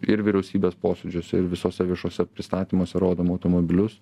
ir vyriausybės posėdžiuose ir visuose viešuose pristatymuose rodom automobilius